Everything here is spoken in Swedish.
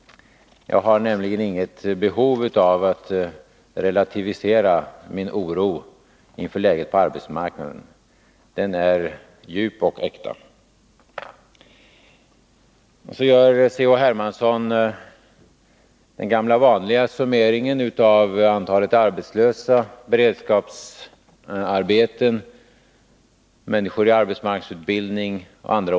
Jag har nämligen inget behov av att relativisera min oro inför läget på arbetsmarknaden. Den är djup och äkta. 29 Så gör C.-H. Hermansson den gamla vanliga summeringen av antalet arbetslösa, antalet människor i beredskapsarbeten, i arbetsmarknadsutbildning, osv.